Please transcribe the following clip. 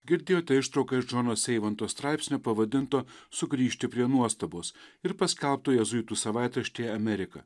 girdėjote ištrauką ir džono seivanto straipsnio pavadinto sugrįžti prie nuostabos ir paskelbto jėzuitų savaitrašty amerika